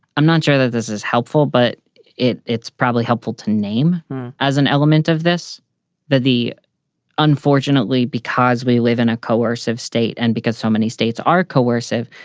um not sure that this is helpful, but it's probably helpful to name as an element of this that the unfortunately, because we live in a coercive state and because so many states are coercive,